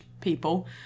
people